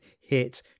hit